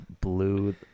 blue